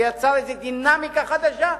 זה יצר איזה דינמיקה חדשה?